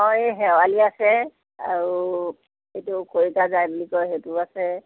এই শেৱালি আছে আৰু এইটো খৰিকাজাই বুলি কয় সেইটো আছে